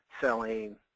selling